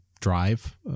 drive